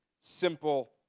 simple